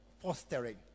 fostering